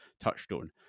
touchstone